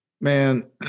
Man